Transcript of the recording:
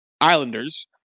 islanders